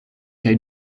kaj